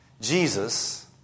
Jesus